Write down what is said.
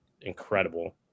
incredible